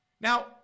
Now